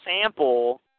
sample